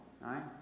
right